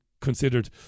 considered